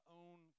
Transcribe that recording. own